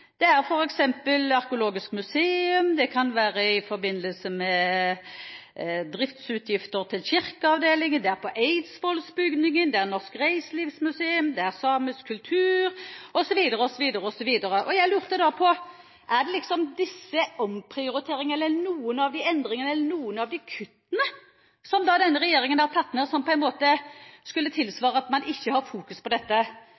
Det er f.eks. Arkeologisk museum, det kan være i forbindelse med driftsutgifter til Kirkeavdelingen, det er Eidsvollsbygningen, det er Norsk Reiselivsmuseum, det er samisk kultur osv., osv. Jeg lurte da på: Er det disse omprioriteringene eller noen av disse endringene eller kuttene som denne regjeringen har foretatt, som på en måte skulle tilsvare at man ikke har fokus på dette?